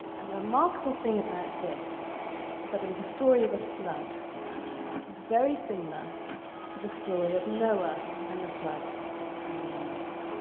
and the remarkable thing about this was that it was a story of a flood that was very similar to the story of noah and the flood and the animals.